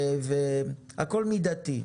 הכול מידתי.